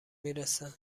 میرسه